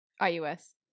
I-U-S